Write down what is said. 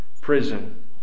prison